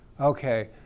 Okay